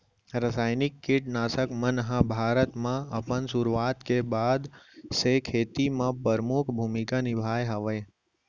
रासायनिक किट नाशक मन हा भारत मा अपन सुरुवात के बाद से खेती मा परमुख भूमिका निभाए हवे